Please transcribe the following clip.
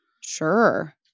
Sure